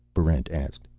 barrent asked.